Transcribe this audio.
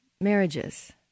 marriages